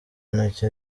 intoki